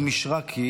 "מישרק"